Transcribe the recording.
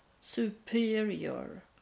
superior